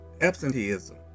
absenteeism